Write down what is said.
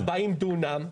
40 דונם,